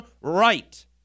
right